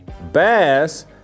Bass